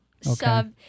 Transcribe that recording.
sub